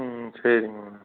ம் ம் சரிங்க மேடம்